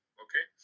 okay